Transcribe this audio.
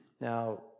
Now